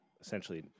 essentially